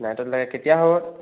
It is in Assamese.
নাইটত লাগে কেতিয়া হ'ব